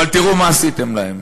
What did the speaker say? אבל תראו מה עשיתם להם: